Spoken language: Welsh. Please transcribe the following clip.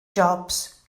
jobs